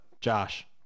Josh